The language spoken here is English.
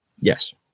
Yes